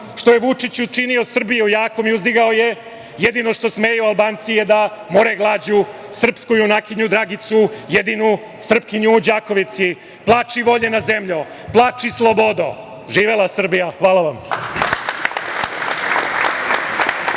što je Vučić učinio Srbiju jakom i uzdigao je. Jedino što smeju Albanci je da more glađu srpsku junakinju Dragicu, jedinu Srpkinju u Đakovici. Plači voljena zemljo, plači slobodo, živela Srbija, hvala.